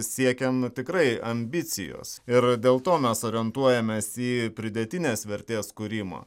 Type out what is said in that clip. siekiant tikrai ambicijos ir dėl to mes orientuojamės į pridėtinės vertės kūrimą